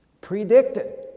predicted